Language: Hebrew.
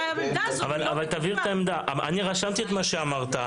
אני רשמתי את מה שאמרת.